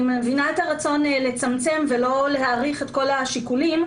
אני מבינה את הרצון לצמצם ולא להאריך את כל השיקולים,